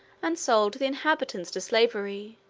and sold the inhabitants to slavery.